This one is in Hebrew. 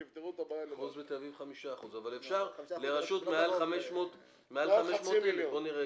שזאת העיר הכי גדולה מבין הרשויות המקומיות המעורבות.